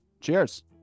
cheers